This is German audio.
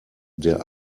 der